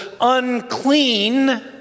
unclean